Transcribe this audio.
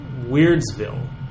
Weirdsville